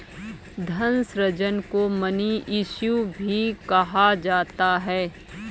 धन सृजन को मनी इश्यू भी कहा जाता है